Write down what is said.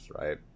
right